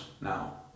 now